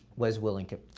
was willing to.